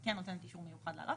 כן נותנת אישור מיוחד לעלות,